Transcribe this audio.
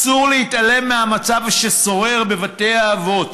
אסור להתעלם מהמצב ששורר בבתי האבות.